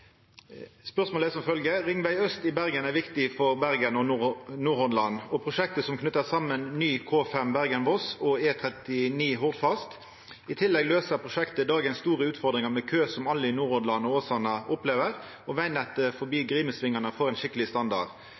Øst i Bergen er viktig for Bergen og Nordhordland og prosjektet som knytter sammen ny K5 Bergen–Voss med E39 Hordfast. I tillegg løser prosjektet dagens store utfordringer med kø som alle i Nordhordland og Åsane opplever, og veinettet forbi Grimesvingene får en skikkelig standard.